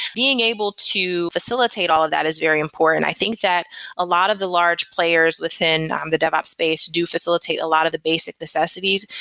being able to facilitate all of that is very important. i think that a lot of the large players within um the devops space do facilitate a lot of the basic necessities.